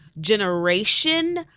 generation